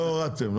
לא הורדתם.